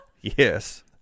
Yes